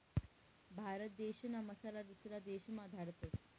भारत देशना मसाला दुसरा देशमा धाडतस